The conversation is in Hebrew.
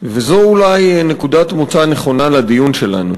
וזו אולי נקודת מוצא נכונה לדיון שלנו.